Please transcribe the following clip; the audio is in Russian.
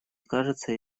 кажется